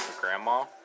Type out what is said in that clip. Grandma